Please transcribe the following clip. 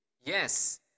Yes